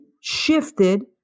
shifted